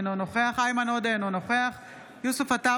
אינו נוכח איימן עודה, אינו נוכח יוסף עטאונה,